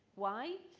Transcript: why.